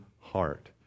heart